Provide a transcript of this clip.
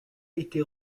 été